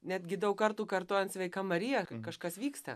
netgi daug kartų kartojant sveika marija kažkas vyksta